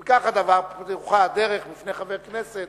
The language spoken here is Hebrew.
אם כך הדבר, פתוחה הדרך בפני חבר הכנסת